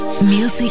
Music